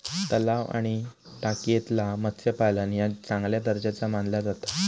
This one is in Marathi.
तलाव आणि टाकयेतला मत्स्यपालन ह्या चांगल्या दर्जाचा मानला जाता